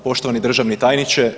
Poštovani državni tajniče.